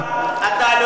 אני יוצא, תודה רבה.